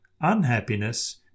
Unhappiness